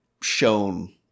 shown